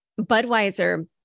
Budweiser